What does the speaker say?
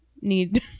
need